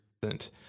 present